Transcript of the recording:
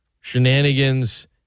shenanigans